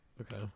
Okay